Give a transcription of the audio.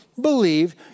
believe